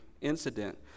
incident